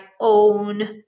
own